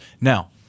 Now